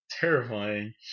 Terrifying